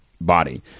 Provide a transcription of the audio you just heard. body